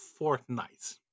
Fortnite